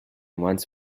once